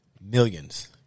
millions